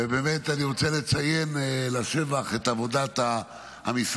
ובאמת אני רוצה לציין לשבח את עבודת המשרד,